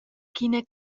ch’ina